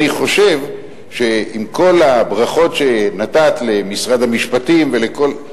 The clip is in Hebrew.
אני חושב שעם כל הברכות שנתת למשרד המשפטים ולכולם,